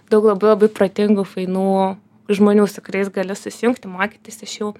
daug labai labai protingų fainų žmonių su kuriais gali susijungti mokytis iš jų